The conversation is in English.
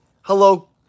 Hello